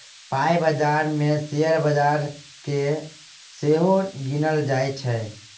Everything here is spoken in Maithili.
पाइ बजार मे शेयर बजार केँ सेहो गिनल जाइ छै